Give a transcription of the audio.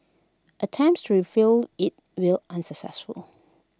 attempts to review IT will unsuccessfully